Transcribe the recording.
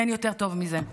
אין יותר טוב מזה.